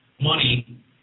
money